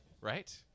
Right